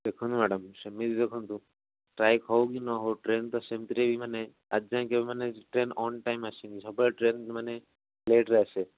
ଦେଖନ୍ତୁ ମ୍ୟାଡ଼ାମ୍ ସେମିତି ଦେଖନ୍ତୁ ଷ୍ଟ୍ରାଇକ୍ ହଉ କି ନ ହଉ ଟ୍ରେନ୍ ତ ସେମିତିରେ ବି ମାନେ ଆଜି ଯାଏଁ କେବେ ମାନେ ଟ୍ରେନ୍ ଅନ୍ଟାଇମ୍ ଆସିନି ସବୁବେଳେ ଟ୍ରେନ୍ ମାନେ ଲେଟ୍ରେ ଆସେ